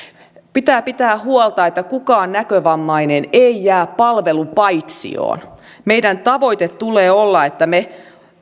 pitää pitää huolta että kukaan näkövammainen ei jää palvelupaitsioon meidän tavoitteemme tulee olla että me